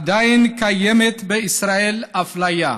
עדיין קיימת בישראל אפליה,